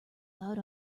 loud